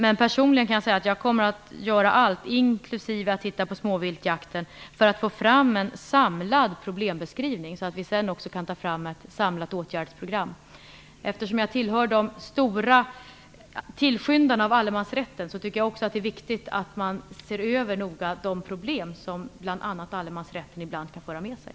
Men personligen kommer jag att göra allt, inklusive att titta på frågan om småviltsjakten, för att få fram en samlad problembeskrivning så att vi sedan också kan ta fram ett samlat åtgärdsprogram. Eftersom jag tillhör de stora tillskyndarna av allemansrätten tycker jag också att det är viktigt att man noga ser över de problem som bl.a. allemansrätten ibland kan föra med sig.